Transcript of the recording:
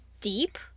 deep